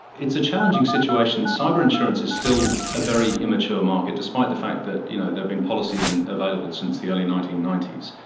it's a challenging situation. cyber insurance is still a very immature market, despite the fact that you know there have been policies and available since the early nineteen ninety s.